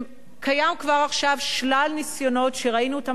קיים כבר עכשיו שלל ניסיונות שראינו אותם